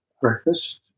Breakfast